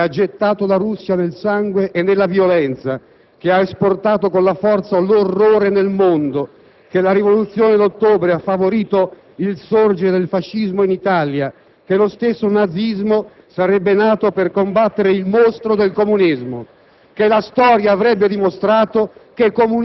che ha prodotto solo un nuovo zarismo; che ha gettato la Russia nel sangue e nella violenza; che ha esportato con la forza l'orrore nel mondo *(Proteste dai banchi dell'opposizione)*; che la Rivoluzione d'ottobre ha favorito il sorgere del fascismo in Italia; che lo stesso nazismo sarebbe nato per combattere il mostro del comunismo;